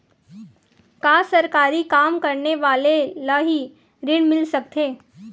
का सरकारी काम करने वाले ल हि ऋण मिल सकथे?